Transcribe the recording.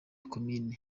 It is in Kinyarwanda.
komini